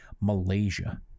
Malaysia